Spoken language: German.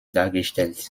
dargestellt